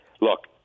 look